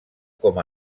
com